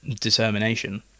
determination